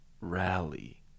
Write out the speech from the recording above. rally